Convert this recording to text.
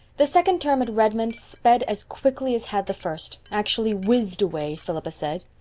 the second term at redmond sped as quickly as had the first actually whizzed away, philippa said.